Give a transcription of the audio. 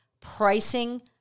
pricing